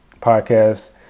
podcast